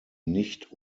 nicht